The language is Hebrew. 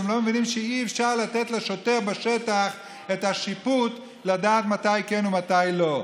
שהם לא מבינים שאי-אפשר לתת לשוטר בשטח את השיפוט לדעת מתי כן ומתי לא.